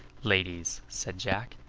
ladies, said jack,